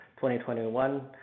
2021